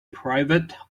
private